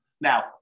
Now